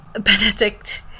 Benedict